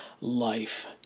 life